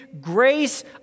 grace